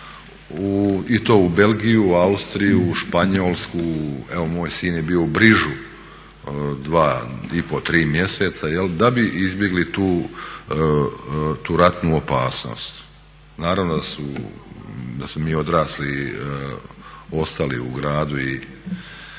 i to u Belgiju, u Austriju, u Španjolsku. Evo moj sin je bio u Brižu dva i pol, tri mjeseca da bi izbjegli tu ratnu opasnost. Naravno da smo mi odrasli ostali u gradu i